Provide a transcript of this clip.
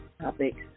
topics